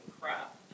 crap